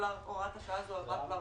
כל הוראת השעה הזו עברה.